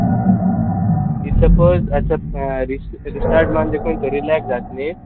okay if suppose आतां री restart मान जे खंयचो रिलेक् जात न्ही